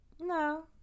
No